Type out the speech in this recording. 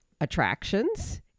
attractions